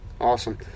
Awesome